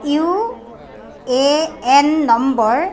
UAN number